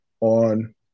on